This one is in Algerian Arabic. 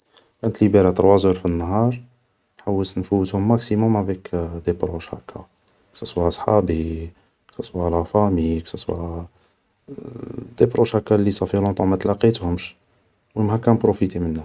و كان نتليبيرا تروا زور في النهار, نحوس نفوتهم ماكسيموم افيك دي بروش هاكا, كساسوا صحابي, كساسوا لا فامي كصاصوا دي بروش هاكا لي صافي لونق طون ما تلاقيتهمش, مهم هاكا نبروفيطي منه